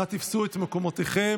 אנא תפסו את מקומותיכם.